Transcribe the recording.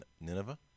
Nineveh